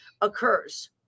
occurs